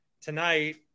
tonight